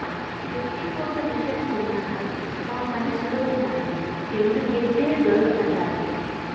గెడ్డి కోత మిసను కొన్నాక మా పని సులువైనాది ఎండు గెడ్డే దొరకతండాది